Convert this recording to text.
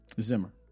Zimmer